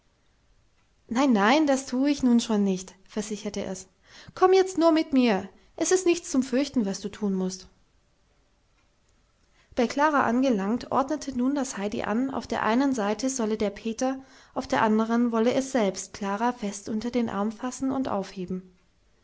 nein nein das tu ich nun schon nicht versicherte es komm jetzt nur mit mir es ist nichts zum fürchten was du tun mußt bei klara angelangt ordnete nun das heidi an auf der einen seite sollte der peter auf der andern wollte es selbst klara fest unter den arm fassen und aufheben